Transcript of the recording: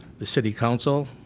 the city council,